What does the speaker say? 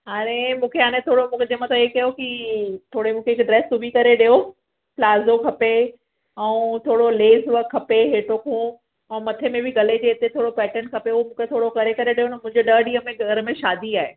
हाणे मूंखे हाणे थोरो मूंखे जे मथां हे कयो की थोरे मूंखे हिकु ड्रेस सिॿी करे ॾियो पिलाज़ो खपे ऐं थोरो लेस वर्क खपे हेठों खों ऐं मथे में बि गले जे इते थोरो पैटर्न खपे उहा थोरो करे करे ॾियो न मुंहिंजे ॾहनि ॾींहंनि में घर में शादी आहे